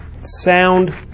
sound